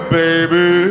baby